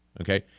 okay